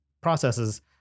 processes